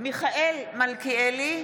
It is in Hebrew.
מיכאל מלכיאלי,